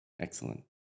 excellent